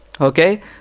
okay